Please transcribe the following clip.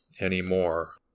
anymore